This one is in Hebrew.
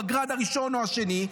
בגראד הראשון או השני,